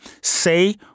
Say